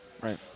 Right